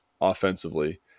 offensively